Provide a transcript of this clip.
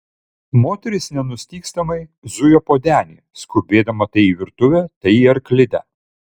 moteris nenustygstamai zujo po denį skubėdama tai į virtuvę tai į arklidę